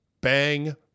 bang